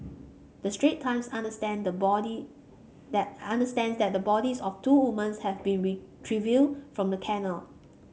the Strait Times understand the body that understand that the bodies of two woman's have been retrieved from the canal